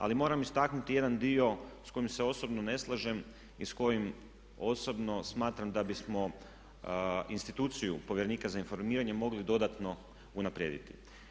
Ali moram istaknuti jedan dio s kojim se osobno ne slažem i s kojim osobno smatram da bismo instituciju povjerenika za informiranje mogli dodatno unaprijediti.